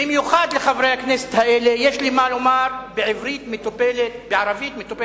במיוחד לחברי הכנסת האלה יש לי מה לומר בערבית מתובלת בעברית: